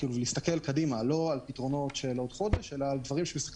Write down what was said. להסתכל קדימה לא על פתרונות של עוד חודש אלא יותר רחוק,